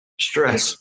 stress